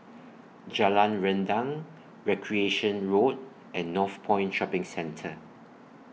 Jalan Rendang Recreation Road and Northpoint Shopping Centre